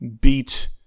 beat